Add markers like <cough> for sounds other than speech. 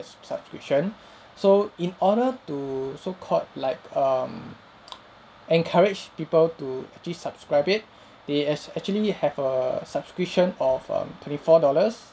subscription <breath> so in order to so-called like um <noise> encourage people to actually subscribe it <breath> they as actually have a subscription of um twenty-four dollars